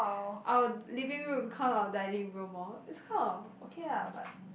our living room count our dining room orh it's kind of okay lah but